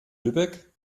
lübeck